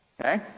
Okay